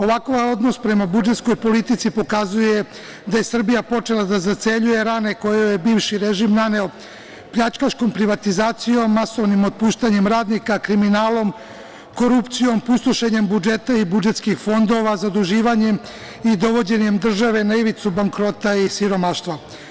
Ovakav odnos prema budžetskoj politici pokazuje da je Srbija počela da zaceljuje rane koje joj je bivši režim naneo pljačkaškom privatizacijom, masovnim otpuštanjem radnika, kriminalom, korupcijom, pustošenjem budžeta i budžetskih fondova, zaduživanjem i dovođenjem države na ivicu bankrota i siromaštva.